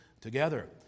together